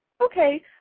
Okay